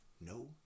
No